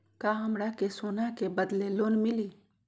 का हमरा के सोना के बदले लोन मिलि?